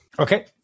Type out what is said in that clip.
Okay